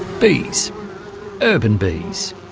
bees urban bees.